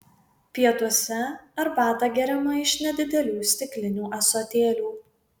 pietuose arbata geriama iš nedidelių stiklinių ąsotėlių